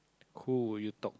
who will you talk